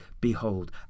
Behold